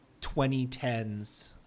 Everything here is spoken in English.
2010s